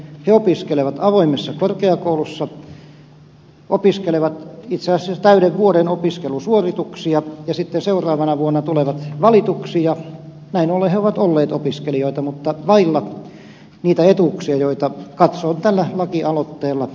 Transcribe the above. he opiskelevat avoimessa korkeakoulussa opiskelevat itse asiassa täyden vuoden opiskelusuorituksia ja sitten seuraavana vuonna tulevat valituksi ja näin ollen he ovat olleet opiskelijoita mutta vailla niitä etuuksia joita katson tällä lakialoitteella heille kuuluvan